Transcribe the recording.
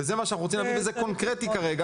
וזה מה שאנחנו רוצים להביא, וזה קונקרטי כרגע.